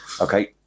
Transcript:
okay